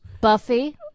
Buffy